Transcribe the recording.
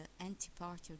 anti-party